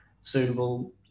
suitable